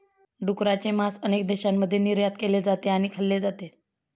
डुकराचे मांस अनेक देशांमध्ये निर्यात केले जाते आणि खाल्ले जाते